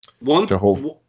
one